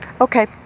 Okay